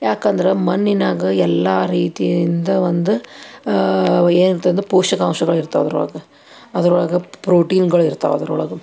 ಯಾಕಂದ್ರೆ ಮಣ್ಣಿನಾಗ ಎಲ್ಲ ರೀತಿಯಿಂದ ಒಂದು ಏನಿರತ್ತಂದು ಪೋಷಕಾಂಶಗಳು ಇರ್ತಾವೆ ಅದ್ರೊಳಗೆ ಅದ್ರೊಳಗೆ ಪ್ರೋಟಿನ್ಗಳು ಇರ್ತಾವೆ ಅದ್ರೊಳಗೆ